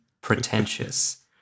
pretentious